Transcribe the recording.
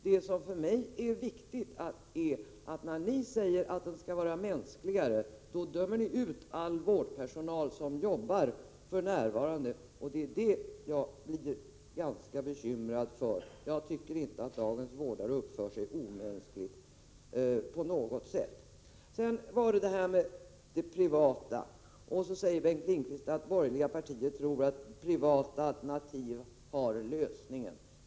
Det som för mig är viktigt är att ni, när ni säger att vården skall vara mänskligare, dömer ut all den vårdpersonal som för närvarande jobbar, och det är jag ganska bekymrad över. Jag tycker inte att dagens vårdare uppför sig omänskligt på något sätt. Sedan några ord om privata alternativ. Bengt Lindqvist säger att borgerliga partier tror att privata alternativ är lösningen.